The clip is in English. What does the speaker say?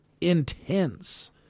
intense